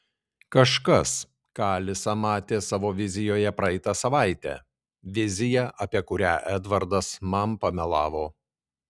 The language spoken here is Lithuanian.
kažkas ką alisa matė savo vizijoje praeitą savaitę viziją apie kurią edvardas man pamelavo